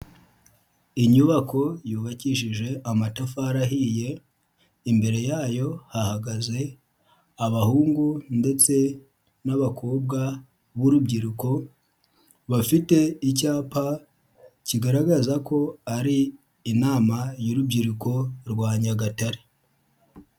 Inyubako yubakishije amatafari ahiye, imbere yayo hahagaze abahungu ndetse n'abakobwa b'urubyiruko, bafite icyapa kigaragaza ko ari inama y'urubyiruko rwa Nyagatare.